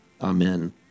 Amen